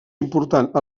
important